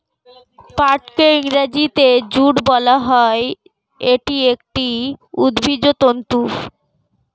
পাটকে ইংরেজিতে জুট বলা হয়, এটি একটি উদ্ভিজ্জ তন্তু